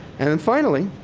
and then finally,